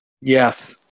Yes